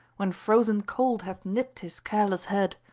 when frozen cold hath nipped his careless head.